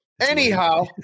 Anyhow